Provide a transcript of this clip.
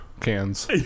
cans